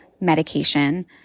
medication